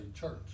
church